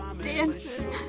dancing